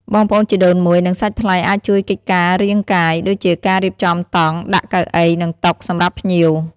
បងប្អូនជីដូនមួយ និងសាច់ថ្លៃអាចជួយកិច្ចការងាររាងកាយ ដូចជាការ រៀបចំតង់ ដាក់ កៅអី និង តុ សម្រាប់ភ្ញៀវ។